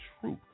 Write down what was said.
truth